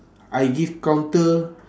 I give counter